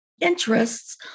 interests